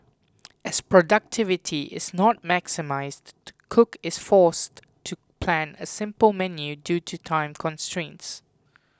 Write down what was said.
as productivity is not maximised the cook is forced to plan a simple menu due to time constraints